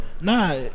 Nah